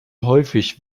häufig